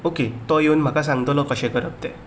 okay तो येवन म्हाका सांगतलो कशें करप तें